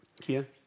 Kia